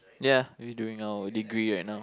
ya we doing our degree right now